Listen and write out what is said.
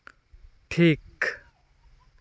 ᱴᱷᱤᱠ